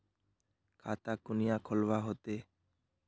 खाता कुनियाँ खोलवा होते?